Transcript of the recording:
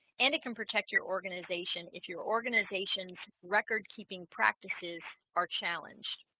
and it can protect your organization if your organization's record-keeping practices are challenged